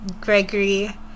Gregory